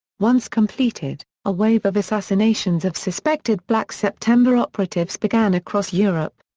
once completed, a wave of assassinations of suspected black september operatives began across europe.